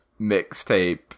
mixtape